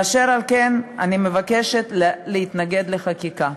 אשר על כן אני מבקשת להתנגד לחקיקה.